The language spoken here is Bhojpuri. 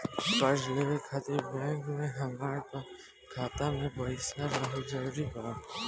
कर्जा लेवे खातिर बैंक मे हमरा खाता मे पईसा रहल जरूरी बा?